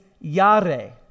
yare